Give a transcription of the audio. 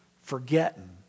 forgetting